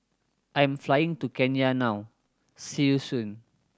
I'm flying to Kenya now see you soon